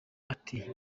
ati